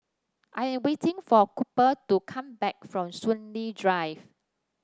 I am waiting for Cooper to come back from Soon Lee Drive